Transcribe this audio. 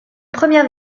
première